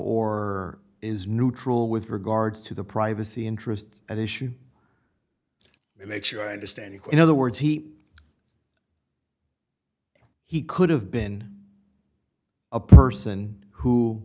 or is neutral with regards to the privacy interests at issue make sure i understand in other words he he could have been a person who